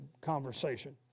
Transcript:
conversation